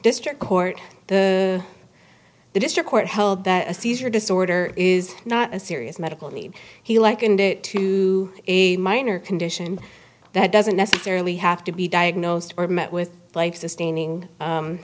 district court the the district court held that a seizure disorder is not a serious medical need he likened it to a minor condition that doesn't necessarily have to be diagnosed or met with life sustaining